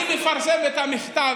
אני מפרסם את המכתב,